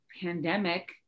pandemic